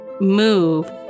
move